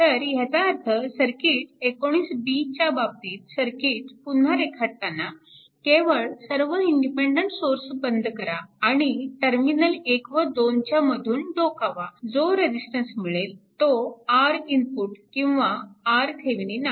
तर ह्याचा अर्थ सर्किट 19 b च्या बाबतीत सर्किट पुन्हा रेखाटताना केवळ सर्व इंडिपेन्डन्ट सोर्स बंद करा आणि टर्मिनल 1 व 2 च्या मधून डोकावा जो रेजिस्टन्स मिळेल तो R input किंवा RThevenin आहे